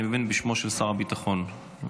אני מבין שבשמו של שר הביטחון גלנט.